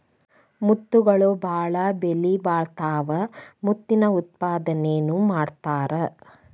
ಮುತ್ತುಗಳು ಬಾಳ ಬೆಲಿಬಾಳತಾವ ಮುತ್ತಿನ ಉತ್ಪಾದನೆನು ಮಾಡತಾರ